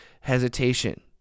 hesitation